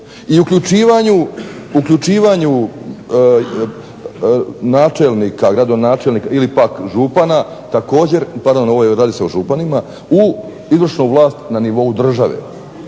i uključivanju načelnika, gradonačelnika ili pak župana, pardon, radi se o županima, u izvršnu vlast na nivou države.